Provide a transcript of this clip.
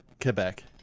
quebec